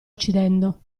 uccidendo